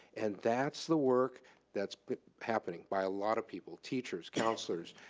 and that's the work that's happening by a lot of people. teachers, counselors,